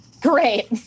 Great